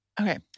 Okay